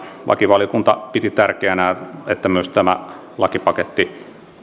lakivaliokunta piti tärkeänä että myös tämä lakipaketti